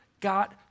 got